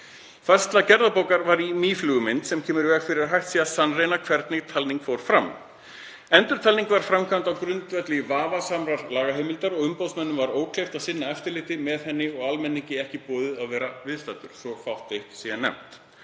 Færsla gerðabókar var í mýflugumynd sem kemur í veg fyrir að hægt sé að sannreyna hvernig talning fór fram. Endurtalning var framkvæmd á grundvelli vafasamrar lagaheimildar og umboðsmönnum var ókleift að sinna eftirliti með henni og almenningi ekki boðið að vera viðstaddur, svo að fátt eitt sé nefnt.